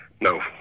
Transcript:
No